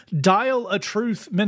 Dial-A-Truth